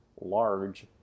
large